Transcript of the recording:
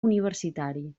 universitari